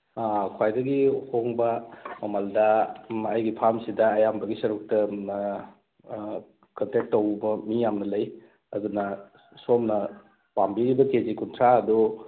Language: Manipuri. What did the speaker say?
ꯈ꯭ꯋꯥꯏꯗꯒꯤ ꯍꯣꯡꯕ ꯃꯃꯜꯗ ꯑꯩꯒꯤ ꯐꯥꯔꯝꯁꯤꯗ ꯑꯌꯥꯝꯕꯒꯤ ꯁꯔꯨꯛꯇ ꯀꯟꯇꯦꯛ ꯇꯧꯕ ꯃꯤ ꯌꯥꯝꯅ ꯂꯩ ꯑꯗꯨꯅ ꯁꯣꯝꯅ ꯄꯥꯝꯕꯤꯔꯤꯕ ꯀꯦꯖꯤ ꯀꯨꯟꯊ꯭ꯔꯥ ꯗꯣ